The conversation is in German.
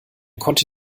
konnte